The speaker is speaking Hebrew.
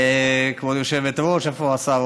כבוד היושבת-ראש, איפה השר?